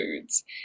foods